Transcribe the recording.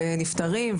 ונפטרים,